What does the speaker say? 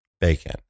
bacon